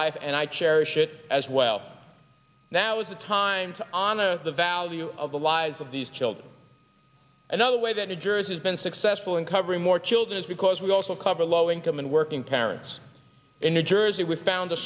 life and i cherish it as well now is the time on to the value of the lives of these children and the way that new jersey has been successful in covering more children is because we also cover low income and working parents in new jersey with found a